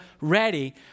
ready